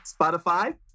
Spotify